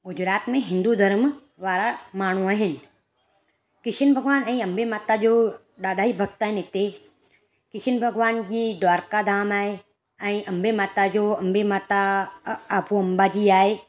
गुजरात में हिंदू धर्म वारा माण्हू आहिनि किशन भॻवान ऐं अम्बे माता जो ॾाढा ई भक्तु आहिनि हिते किशन भॻिवान जी द्वारका धाम आहे ऐं अम्बे माता जो अम्बे माता अम्बा जी आहे